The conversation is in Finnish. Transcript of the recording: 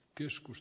joskus